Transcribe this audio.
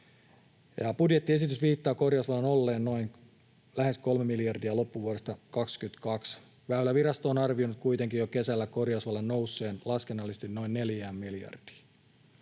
Budjettiesitys viittaa korjausvelan olleen lähes 3 miljardia loppuvuodesta 22. Väylävirasto on arvioinut kuitenkin jo kesällä korjausvelan nousseen laskennallisesti noin 4 miljardiin.